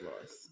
lost